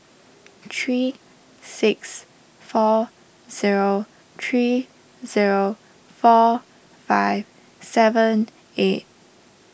three six four zero three zero four five seven eight